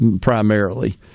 primarily